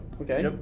Okay